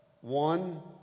One